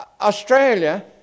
Australia